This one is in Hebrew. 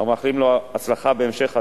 ומאחלים לו הצלחה בהמשך הדרך,